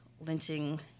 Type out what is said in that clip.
lynching